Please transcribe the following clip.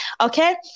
Okay